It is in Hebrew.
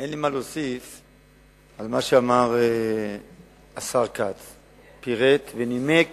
אין לי מה להוסיף על מה שאמר השר כץ, שפירט ונימק